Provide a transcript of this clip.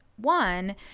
One